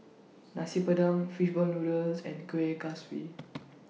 Nasi Padang Fish Ball Noodles and Kuih Kaswi